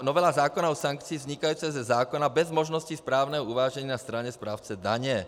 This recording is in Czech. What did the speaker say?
Novela zákona o sankcích vzniká ze zákona bez možnosti správního uvážení na straně správce daně.